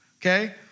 okay